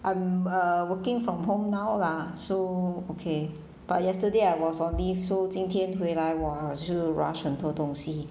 I'm uh working from home now lah so okay but yesterday I was on leave so 今天回来我就 rush 很多东西